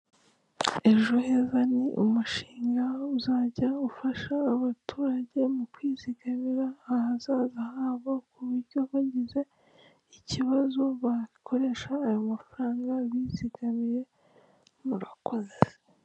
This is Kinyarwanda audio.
Ejo heza ni umushinga uzajya ufasha abaturage mu kwizigamira ahazaza habo ku buryo bagize ikibazo bakoresha ayo mafaranga bizigamiye murakoze.